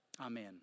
Amen